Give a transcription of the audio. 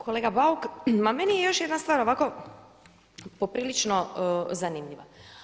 Kolega Bauk, ma meni je još jedna stvar ovako, poprilično zanimljiva.